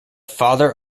father